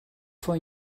for